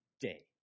day